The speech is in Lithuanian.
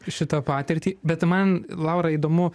šitą patirtį bet man laura įdomu